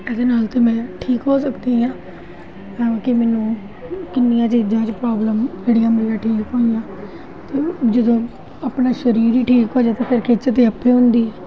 ਇਹਦੇ ਨਾਲ ਤਾਂ ਮੈਂ ਠੀਕ ਹੋ ਸਕਦੀ ਹਾਂ ਤਾਂ ਕਿ ਮੈਨੂੰ ਕਿੰਨੀਆਂ ਚੀਜ਼ਾਂ 'ਚ ਪ੍ਰੋਬਲਮ ਜਿਹੜੀਆਂ ਮੇਰੀ ਠੀਕ ਹੋਈਆਂ ਅਤੇ ਜਦੋਂ ਆਪਣਾ ਸਰੀਰ ਹੀ ਠੀਕ ਹੋ ਜਾਏ ਤਾਂ ਫਿਰ ਖਿੱਚ ਤਾਂ ਆਪੇ ਹੁੰਦੀ ਏ